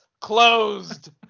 closed